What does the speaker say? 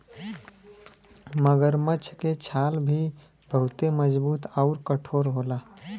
मगरमच्छ के छाल भी बहुते मजबूत आउर कठोर होला